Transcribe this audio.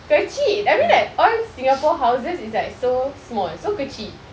kecil I mean like all singapore houses is like so small so kecil